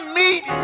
meet